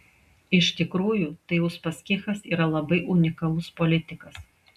iš tikrųjų tai uspaskichas yra labai unikalus politikas